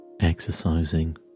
exercising